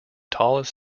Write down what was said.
tallest